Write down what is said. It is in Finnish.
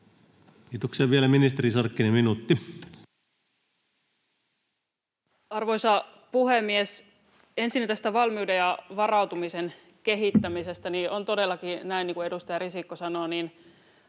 Kiitoksia. — Vielä ministeri Sarkkinen, 1 minuutti. Arvoisa puhemies! Ensinnä tästä valmiuden ja varautumisen kehittämisestä: On todellakin näin niin kuin edustaja Risikko sanoi,